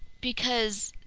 because.